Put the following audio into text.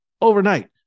overnight